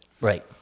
Right